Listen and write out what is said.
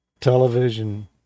television